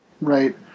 Right